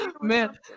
Man